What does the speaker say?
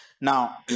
Now